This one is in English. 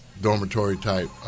dormitory-type